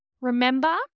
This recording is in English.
remember